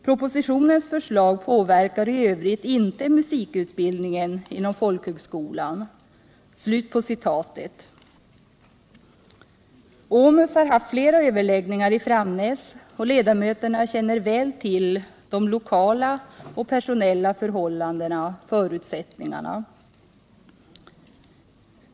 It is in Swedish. Propositionens förslag påverkar i övrigt inte musikutbildningen inom folkhögskolan.” I OMUS har haft flera överläggningar i Framnäs, och ledamöterna känner väl till de lokala och personella förhållandena samt förutsättningarna.